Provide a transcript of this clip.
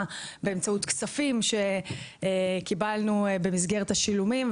באמצעות כספים שקיבלנו במסגרת השילומים.